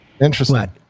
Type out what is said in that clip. interesting